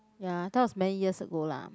ya I thought is many years ago lah